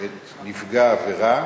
את נפגע העבירה,